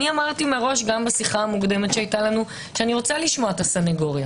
אני אמרתי בשיחה מוקדמת שהיתה לנו שאני רוצה לשמוע את הסנגוריה